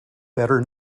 better